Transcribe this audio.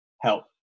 help